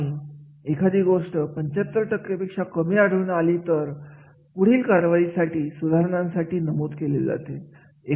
आणि एखादी गोष्ट 75 टक्क्यांपेक्षा कमी आढळून आली तर अशा गोष्टी पुढील कारवाईसाठी सुधारणांसाठी नमूद केले जातात